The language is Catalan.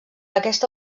aquesta